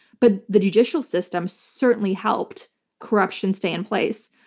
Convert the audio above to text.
but the judicial system certainly helped corruption stay in place.